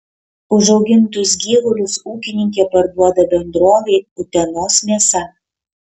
užaugintus gyvulius ūkininkė parduoda bendrovei utenos mėsa